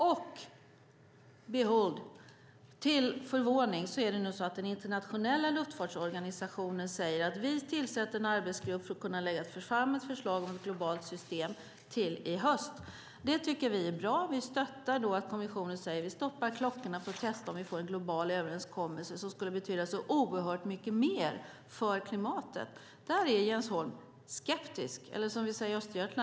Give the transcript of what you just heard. Till allas förvåning tillsätter nu den internationella luftfartsorganisationen en arbetsgrupp för att kunna lägga fram ett förslag om ett globalt system till i höst. Det tycker vi är bra och stöttar att kommissionen säger: Nu stoppar vi klockorna för att testa om vi får en global överenskommelse som skulle betyda så mycket mer för klimatet. Här är Jens Holm skeptisk.